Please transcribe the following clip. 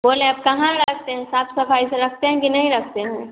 बोल रहे हैं आप कहाँ रखते हैं साफ सफाई से रखते है कि नहीं रखते हैं